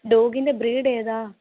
ഡോഗിന്റെ breed ഏതാണ്